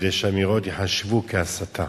כדי שאמירות ייחשבו כהסתה?